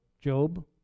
Job